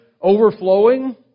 overflowing